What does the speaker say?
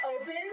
open